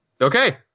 Okay